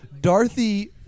Dorothy